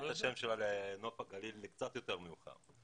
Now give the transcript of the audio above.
את השם שלה לנוף הגליל וזה קרה קצת יותר מאוחר.